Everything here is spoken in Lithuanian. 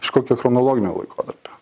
iš kokio chronologinio laikotarpio